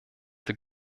der